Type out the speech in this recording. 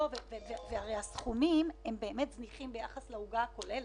הרי הסכומים הם באמת זניחים ביחס לעוגה הכוללת,